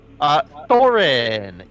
Thorin